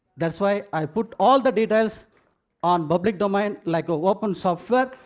that's why i put all the details on public domain like an open software.